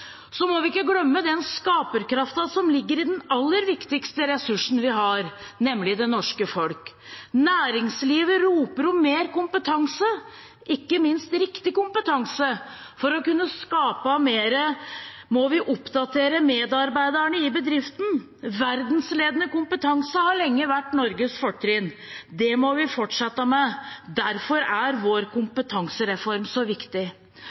Så må vi ikke glemme den skaperkraften som ligger i den aller viktigste ressursen vi har, nemlig det norske folk. Næringslivet roper om mer kompetanse, og ikke minst riktig kompetanse. For å kunne skape mer må vi oppdatere medarbeiderne i bedriften. Verdensledende kompetanse har lenge vært Norges fortrinn. Det må vi fortsette med. Derfor er vår kompetansereform så viktig.